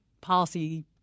policy